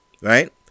right